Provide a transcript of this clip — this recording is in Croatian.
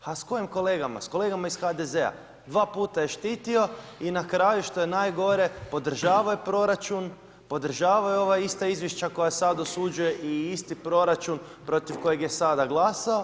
A s kojim kolegama, s kolegama iz HDZ-a, dva puta je štitio i na kraju, što je najgore, podržavao je proračun, podržavao je ova ista izvješća koja sad osuđuje i isti proračun protiv kojeg je sada glasao.